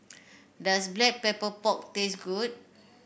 does Black Pepper Pork taste good